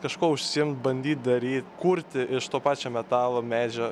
kažkuo užsiimt bandyt daryt kurti iš to pačio metalo medžio